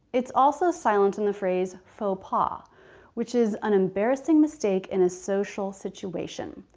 it's also silent in the phrase faux pas which is an embarrassing mistake in a social situation.